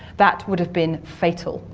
that would have been fatal,